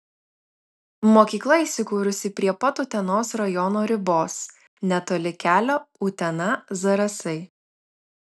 mokykla įsikūrusi prie pat utenos rajono ribos netoli kelio utena zarasai